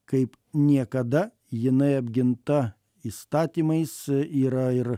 kaip niekada jinai apginta įstatymais yra ir